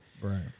Right